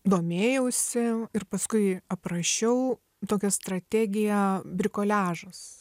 domėjausi ir paskui aprašiau tokią strategiją brikoliažas